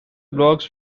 blogs